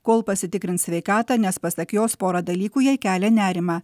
kol pasitikrins sveikatą nes pasak jos porą dalykų jai kelia nerimą